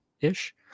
ish